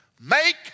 Make